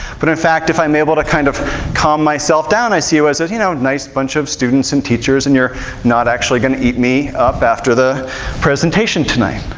but in fact, if i'm able to kind of calm myself down, i see you as a you know nice bunch of students and teachers, and you're not actually going to eat me up after the presentation tonight.